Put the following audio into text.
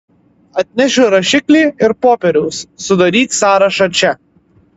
atnešiu rašiklį ir popieriaus sudaryk sąrašą čia